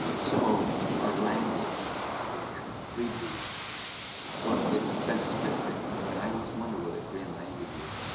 so our language is completely well, it's best fit for confucian. i always wonder whether korean language was